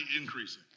increasing